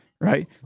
right